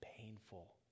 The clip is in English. painful